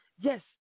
yes